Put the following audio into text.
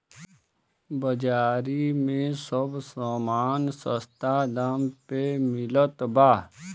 बाजारी में सब समान सस्ता दाम पे मिलत बा